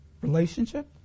Relationship